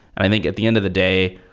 i think at the end of the day,